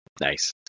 Nice